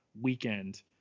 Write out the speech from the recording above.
weekend